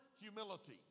humility